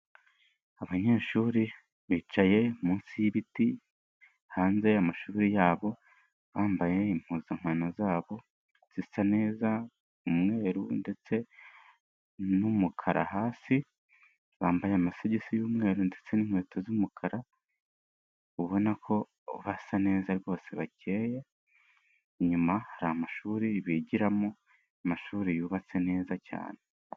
Abanyeshuri bicaye munsi y'ibiti hanze y'amashuri yabo, bambaye impuzankano zabo zisa neza, umweru ndetse n'umukara hasi, bambaye amasogisi y'umweru ndetse n'inkweto z'umukara, ubona ko basa neza rwose bakeye, inyuma hari amashuri bigiramo, amashuri yubatse neza cyane.